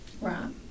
Right